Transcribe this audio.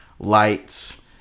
lights